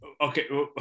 okay